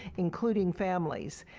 including families.